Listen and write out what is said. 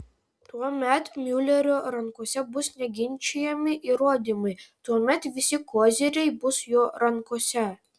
tuomet miulerio rankose bus neginčijami įrodymai tuomet visi koziriai bus jo rankose